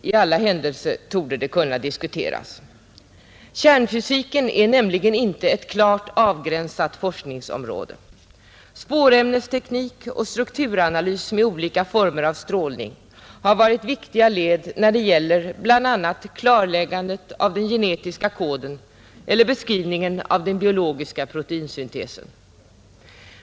I alla händelser torde det kunna diskuteras. Kärnfysiken är nämligen inte ett klart avgränsat forskningsområde. Spårämnesteknik och strukturanalys med olika former av strålning har varit viktiga led när det gäller bl.a. klarläggandet av den genetiska koden och beskrivningen av den biologiska proteinsyntesen.